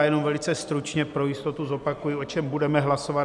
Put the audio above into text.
Jenom velice stručně pro jistotu zopakuji, o čem budeme hlasovat.